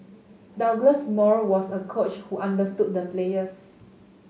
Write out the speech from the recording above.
Douglas Moore was a coach who understood the players